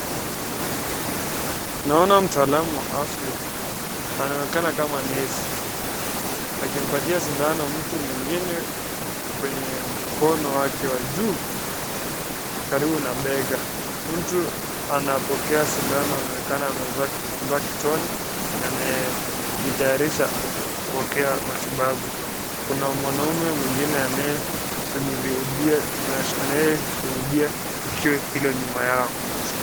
Naona mtaalamu wa afya, anaonekana kama nesi, akimpatia sindano mtu mwingine kwenye mkono wake wa juu, karibu na bega. Mtu anapokea sindano anaonekana amevaa kitambaa kichwani, na anajitayarisha kupokea matibabu. Kuna mwanaume mwingine anayeshuhudia tukio hilo nyuma yao.